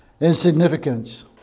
insignificance